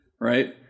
right